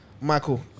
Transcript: Michael